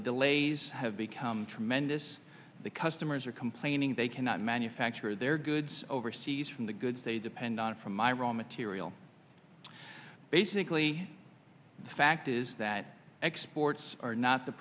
the delays have become tremendous the customers are complaining they cannot manufacture their goods overseas from the goods they depend on from my role material basically the fact is that exports are not the